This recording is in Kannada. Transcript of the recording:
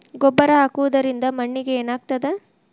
ಗೊಬ್ಬರ ಹಾಕುವುದರಿಂದ ಮಣ್ಣಿಗೆ ಏನಾಗ್ತದ?